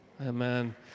Amen